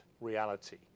reality